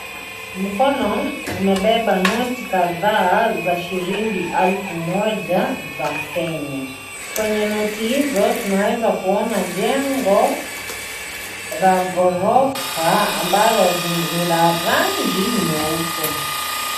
Mkono umebeba noti kadhaa za shilingi elfu moja za Kenya. Kwenye noti hizo, tunaweza kuona jengo la ghorofa ambalo ni la rangi nyeupe.